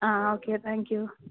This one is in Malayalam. ആ ആ ഓക്കേ താങ്ക്യൂ